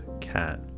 cat